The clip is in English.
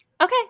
okay